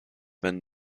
when